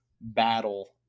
battle